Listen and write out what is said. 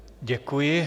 Děkuji.